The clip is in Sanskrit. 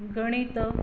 गणितम्